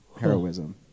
heroism